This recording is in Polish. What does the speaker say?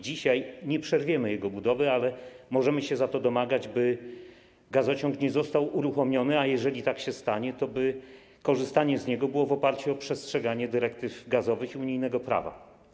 Dzisiaj nie przerwiemy jego budowy, ale możemy się domagać, by gazociąg nie został uruchomiony, a jeżeli tak się nie stanie, by korzystanie z niego było oparte na przestrzeganiu dyrektyw gazowych i unijnego prawa.